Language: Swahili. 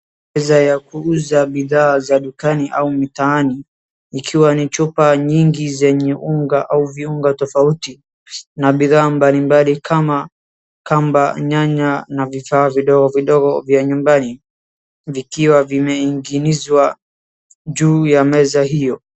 Meza ya kuuza bidhaa za dukani au mtaani ikiwa ni chupa nyingi zenye unga au viungo tofauti na bidhaa mbali mbali kama kamba, nyanya na vifaa vidogo vidogovya nyumbani vikiwa vimeiginizwa juu ya meza hiyo.